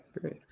great